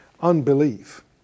Unbelief